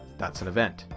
that's an event.